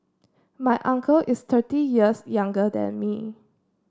my uncle is thirty years younger than me